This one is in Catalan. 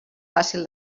fàcil